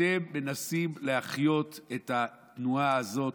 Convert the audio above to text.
אתם מנסים להחיות את התנועה הזאת,